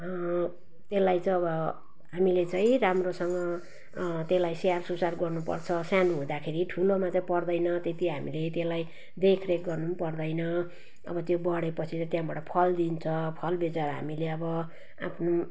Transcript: त्यसलाई चाहिँ अब हामीले चाहिँ राम्रोसँग त्यसलाई स्याहारसुसार गर्नुपर्छ सानो हुँदाखेरि ठुलोमा चाहिँ पर्दैन त्यति हामीले त्यसलाई देखरेख गर्नु पनि पर्दैन अब त्यो बढेपछि चाहिँ त्यहाँबाट फल दिन्छ फल बेचेर हामीले अब आफ्नो